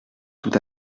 tout